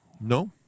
No